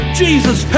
jesus